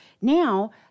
now